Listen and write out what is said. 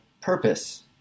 purpose